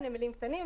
הם נמלים קטנים,